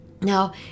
Now